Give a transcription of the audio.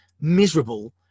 miserable